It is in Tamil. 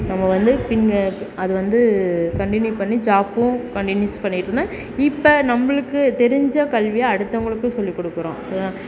நம்ம வந்து பின் அது வந்து கன்டினியூ பண்ணி ஜாப்பும் கன்டினியூஸ் பண்ணிக்கிட்டுருந்தேன் இப்போ நம்மளுக்கு தெரிஞ்ச கல்வியை அடுத்தவங்களுக்கு சொல்லி கொடுக்கறோம் அதுதான்